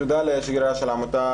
תודה לשגרירה של העמותה,